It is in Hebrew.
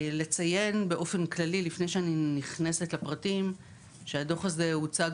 לציין באופן כללי לפני שאני נכנסת לפרטים שהדוח הזה הושם